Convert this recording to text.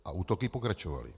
A útoky pokračovaly.